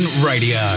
Radio